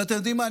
ואתם יודעים מה?